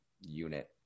unit